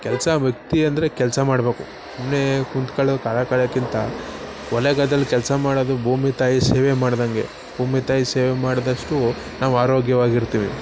ಕೆಲಸ ವ್ಯಕ್ತಿ ಅಂದರೆ ಕೆಲಸ ಮಾಡ್ಬೇಕು ಸುಮ್ಮನೆ ಕುಂತ್ಕಳೋ ಕಾಲ ಕಳೆಯೋಕ್ಕಿಂತ ಹೊಲ ಗದ್ದೆಲಿ ಕೆಲಸ ಮಾಡೋದು ಭೂಮಿ ತಾಯಿ ಸೇವೆ ಮಾಡ್ದಂಗೆ ಭೂಮಿ ತಾಯಿ ಸೇವೆ ಮಾಡಿದಷ್ಟು ನಾವು ಆರೋಗ್ಯವಾಗಿ ಇರ್ತೀವಿ